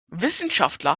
wissenschaftler